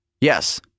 Yes